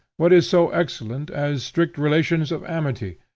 what is so excellent as strict relations of amity,